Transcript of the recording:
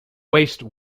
waste